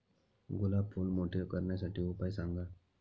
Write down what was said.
गुलाब फूल मोठे करण्यासाठी उपाय सांगा?